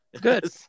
Good